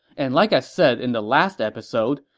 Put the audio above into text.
and like i said in the last episode,